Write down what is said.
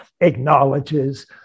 acknowledges